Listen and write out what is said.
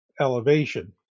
elevation